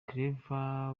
claver